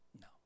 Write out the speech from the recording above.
No